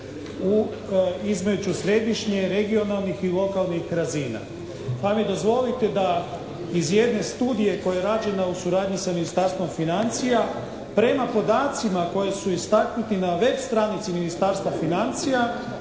u, između središnje i regionalnih i lokalnih razina. Pa mi dozvolite da iz jedne studije koja je rađena u suradnji sa Ministarstvom financija prema podacima koji su istaknuti na web stranici Ministarstva financija